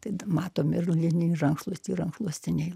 tad matome ir lininį rankšluostį rankšluostiniai